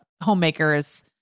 homemakers